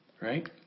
right